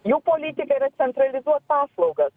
jų politika yra centralizuot paslaugas